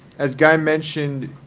as guy mentioned,